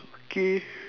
K